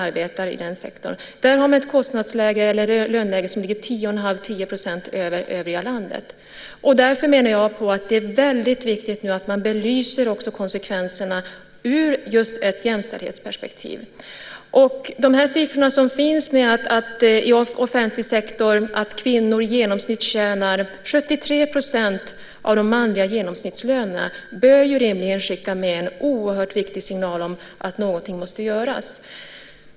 De har ett löneläge som ligger 10 % över övriga landet. Därför menar jag att det är väldigt viktigt att man belyser också konsekvenserna just ur ett jämställdhetsperspektiv. De siffror som finns och som visar att kvinnor i offentlig sektor i genomsnitt tjänar 73 % av de manliga genomsnittslönerna bör rimligen skicka med en oerhört viktig signal om att någonting måste göras.